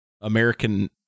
American